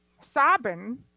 sobbing